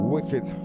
Wicked